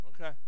Okay